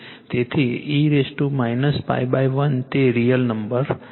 તેથી e π 1 તે real number છે